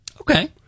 Okay